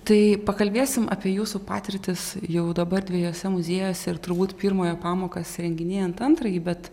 tai pakalbėsim apie jūsų patirtis jau dabar dviejuose muziejuose ir turbūt pirmojo pamokas įrenginėjant antrąjį bet